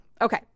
okay